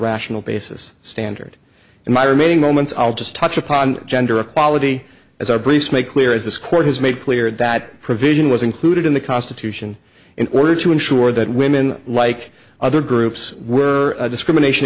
rational basis standard in my remaining moments i'll just touch upon gender equality as our briefs make clear is this court has made clear that provision was included in the constitution in order to ensure that women like other groups were discrimination